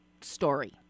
story